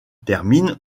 termine